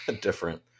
different